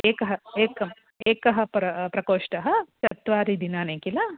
एकः एकः एकः प्र प्रकोष्ठः चत्वारि दिनानि किल